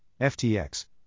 FTX